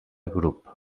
grup